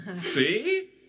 See